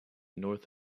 north